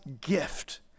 gift